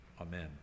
Amen